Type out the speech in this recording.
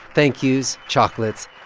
thank-you's, chocolates.